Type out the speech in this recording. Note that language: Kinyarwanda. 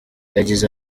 yagize